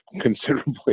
considerably